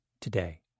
today